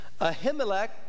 Ahimelech